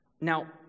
Now